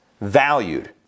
valued